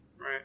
right